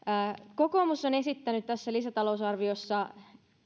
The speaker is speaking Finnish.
kokoomus on esittänyt tässä lisätalousarviossa